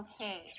Okay